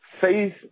Faith